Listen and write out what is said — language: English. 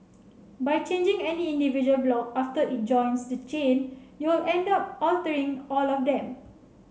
by changing any individual block after it joins the chain you'll end up altering all of them